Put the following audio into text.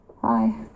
Hi